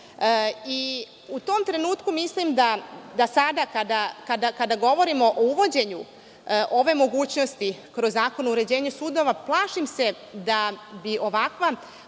razumnom roku. Mislim da sada kada govorimo o uvođenju ove mogućnosti kroz Zakon o uređenju sudova, plašim se da bi ovakvo